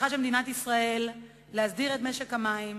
הצלחה של מדינת ישראל להסדיר את משק המים